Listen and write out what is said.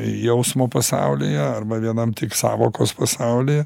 jausmo pasaulyje arba vienam tik sąvokos pasauly